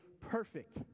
perfect